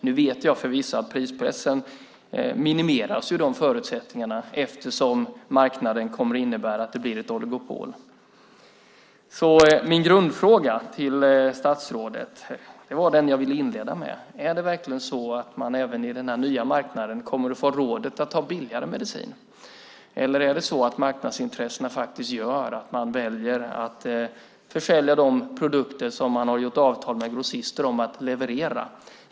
Nu vet jag förvisso att prispressen minimeras eftersom marknaden kommer att innebära att det blir ett oligopol. Min grundfråga till statsrådet var den jag inledde med. Är det verkligen så att man även på den nya marknaden kommer att få rådet att ta billigare medicin? Eller är det så att marknadsintressena gör att man väljer att försälja de produkter som man har gjort avtal med grossister om att leverera?